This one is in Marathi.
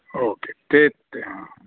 ओके ते ते हां